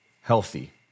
healthy